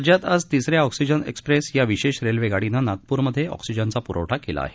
राज्यात आज तिसऱ्या ऑक्सीजन एक्सप्रेस या विशेष रेल्वेगाडीनं नागपूरमध्ये ऑक्सीजनचा पुरवठा केला आहे